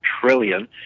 trillion